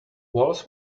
walls